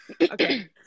okay